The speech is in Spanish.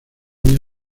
niña